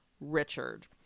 Richard